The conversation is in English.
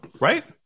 right